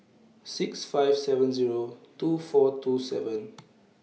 six five seven Zero two four two seven